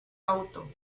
auto